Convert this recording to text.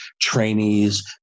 trainees